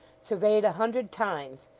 surveyed a hundred times,